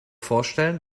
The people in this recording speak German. vorstellen